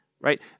right